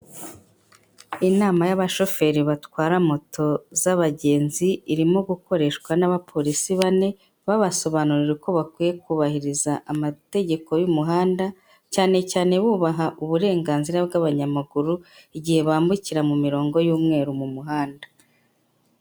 Inama y'abashoferi batwara moto z'abagenzi irimo gukoreshwa n'abapolisi bane babasobanurire uko bakwiye kubahiriza amategeko y'umuhanda cyane cyane bubaha uburenganzira bw'abanyamaguru igihe bambukira mirongo y'umweru mu muhanda.